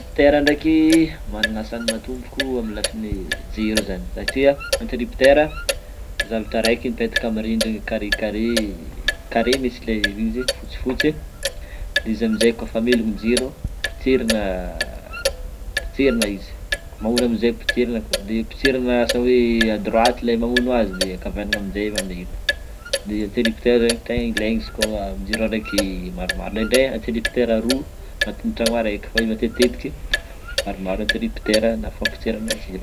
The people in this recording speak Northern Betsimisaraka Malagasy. Ny interrupteur ndreky managna asany matomboky amin'ny lafiny jiro zany, satria ny interrupteur, zavatra reky mipetraka amin'ny rindrina carré carré carré mintsy le izy fotsy fotsy a, de izy amize kaofa amelogna jiro de potserina- potserina izy, mamono azy potserina koa de potserina asa hoe a droite le mamono azy de akavanagna amize mamelogno, interrupteur zany tegna ilegny izy koà jiro reka na maromaro indrendre interrupteur roa na agnaty tragno araiky indrendreky maromaro interrupteur na fampotserana jiro.